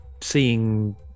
seeing